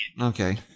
Okay